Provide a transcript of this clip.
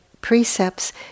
precepts